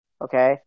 Okay